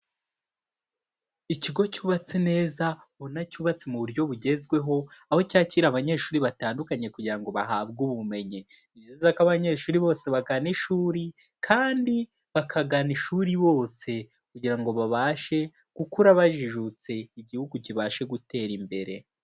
Ikigo cyubatse neza ubona cyubatse mu buryo bugezweho, aho cyakira abanyeshuri batandukanye kugira ngo bahabwe ubumenyi, ni byiza ko abanyeshuri bose bagana ishuri kandi bakagana ishuri bose kugira ngo babashe gukura bajijutse igihugu kibashe gutera imbere.